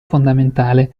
fondamentale